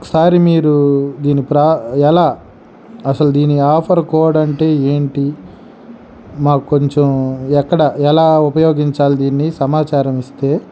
ఒకసారి మీరు ఎలా అసలు దీని ఆఫర్ కోడ్ అంటే ఏంటి మాక్కొంచం ఎక్కడ ఎలా ఉపయోగించాలి దీన్ని సమాచారమిస్తే